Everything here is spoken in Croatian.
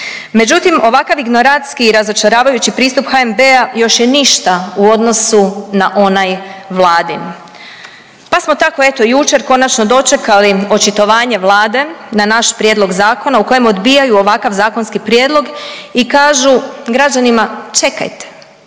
Međutim, ovakvi ignorantski i razočaravajući pristup HNB-a još je ništa u odnosu na onaj Vladin pa smo tako eto, jučer konačno dočekali očitovanje Vlade na naš prijedlog zakona u kojem odbijaju ovakav zakonski prijedlog i kažu građanima, čekajte,